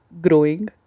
growing